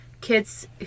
kids